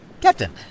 Captain